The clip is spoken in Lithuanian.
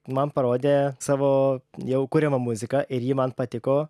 man parodė savo jau kuriamą muziką ir ji man patiko